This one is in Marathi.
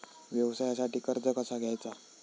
व्यवसायासाठी कर्ज कसा घ्यायचा?